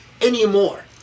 anymore